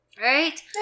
Right